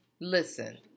listen